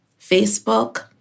Facebook